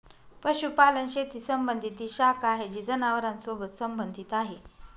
पशुपालन शेती संबंधी ती शाखा आहे जी जनावरांसोबत संबंधित आहे